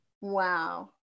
Wow